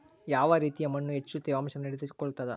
ಯಾವ ರೇತಿಯ ಮಣ್ಣು ಹೆಚ್ಚು ತೇವಾಂಶವನ್ನು ಹಿಡಿದಿಟ್ಟುಕೊಳ್ತದ?